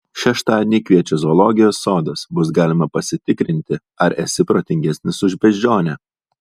šeštadienį kviečia zoologijos sodas bus galima pasitikrinti ar esi protingesnis už beždžionę